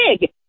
big